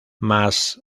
mas